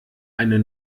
eine